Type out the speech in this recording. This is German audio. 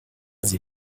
sie